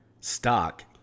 stock